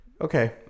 Okay